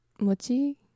Mochi